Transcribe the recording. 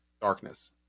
darkness